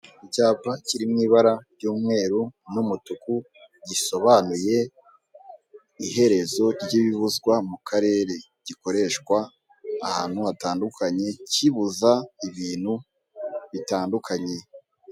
Icyapa Kiri mu ibara ry' umweru n' umutuku gisobanuye iherezo ry' ibibuzwa mukarere, gikoreshwa ahantu hatandukanye kibuza ibintu bitandukanye.